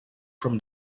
from